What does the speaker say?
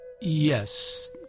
Yes